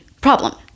problem